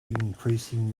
increasing